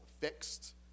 fixed